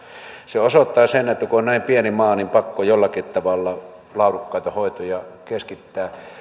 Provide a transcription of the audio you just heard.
se osoittaa sen että kun on näin pieni maa niin on pakko jollakin tavalla laadukkaita hoitoja keskittää